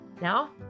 Now